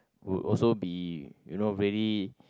would also be you know very